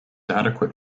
adequate